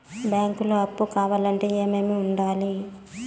బ్యాంకులో అప్పు కావాలంటే ఏమేమి ఉండాలి?